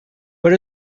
per